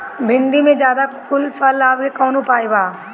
भिन्डी में ज्यादा फुल आवे के कौन उपाय बा?